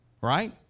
Right